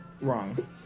wrong